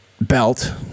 Belt